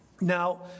Now